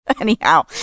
Anyhow